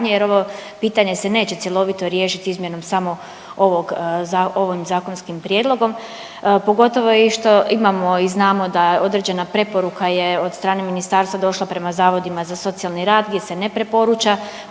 jer ovo pitanje se neće cjelovito riješiti izmjenom samo ovog ovim zakonskim prijedlogom, pogotovo i što imamo i znamo da određena preporuka je od strane ministarstva došla prema zavodima za socijalni rad gdje se ne preporuča